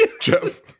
Jeff